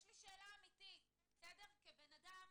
יש לי שאלה אמיתית, כבן אדם